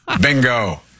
Bingo